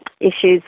issues